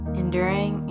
enduring